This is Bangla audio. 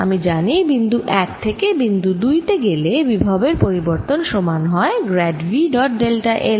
আমি জানি বিন্দু 1 থেকে বিন্দু 2 তে গেলে বিভবের পরিবর্তন সমান হবে grad V dot delta l